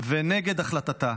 ונגד החלטתה.